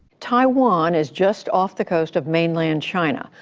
taiwan is just off the coast of mainland china.